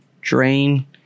drain